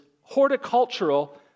horticultural